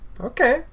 Okay